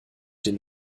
den